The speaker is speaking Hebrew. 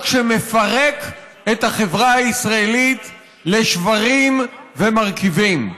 שמפרק את החברה הישראלית לשברים ומרכיבים.